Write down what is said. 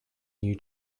new